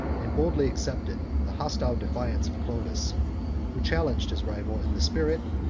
and boldly accepted, the hostile defiance of clovis who challenged his rival in the spirit,